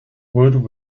wood